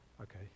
Okay